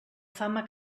fama